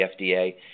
FDA